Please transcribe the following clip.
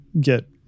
get